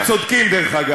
כנראה שאתם צודקים, דרך אגב.